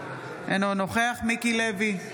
אינו נוכח מיקי לוי,